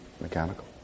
mechanical